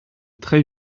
très